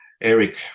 Eric